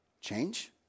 Change